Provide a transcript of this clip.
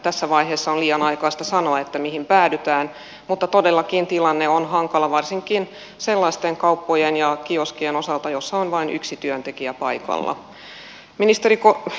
tässä vaiheessa on liian aikaista sanoa mihin päädytään mutta todellakin tilanne on hankala varsinkin sellaisten kauppojen ja kioskien osalta joissa on vain yksi työntekijä paikalla